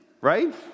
right